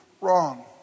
Wrong